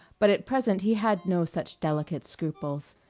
but at present he had no such delicate scruples.